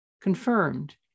confirmed